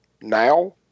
now